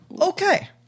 Okay